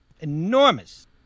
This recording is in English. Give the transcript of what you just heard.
enormous